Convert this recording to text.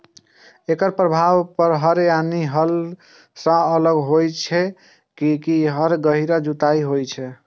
एकर प्रभाव हर यानी हल सं अलग होइ छै, कियैकि हर गहींर जुताइ करै छै